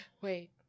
Wait